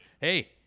Hey